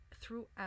throughout